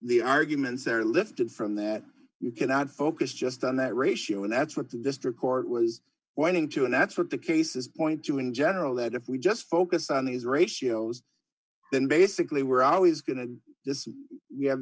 the arguments are lifted from that you cannot focus just on that ratio and that's what the district court was whining to and that's what the cases point to in general that if we just focus on these ratios then basically we're always going to